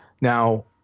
Now